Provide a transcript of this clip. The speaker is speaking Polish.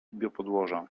biopodłoża